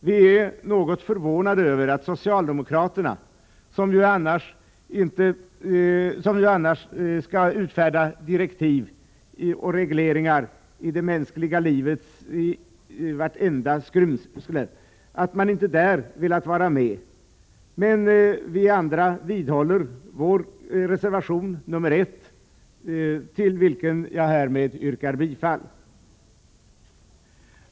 Vi är något förvånade över att socialdemokraterna, som annars vill utfärda direktiv och regleringar i vartenda skrymsle av det mänskliga livet, inte velat vara med där. Men vi andra vidhåller vår reservation nr 1, till vilken jag härmed yrkar bifall.